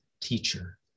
teacher